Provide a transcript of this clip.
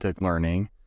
learning